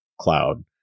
cloud